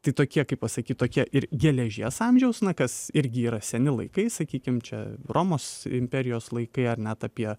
tai tokie kaip pasakyt tokie ir geležies amžiaus na kas irgi yra seni laikai sakykim čia romos imperijos laikai ar net apie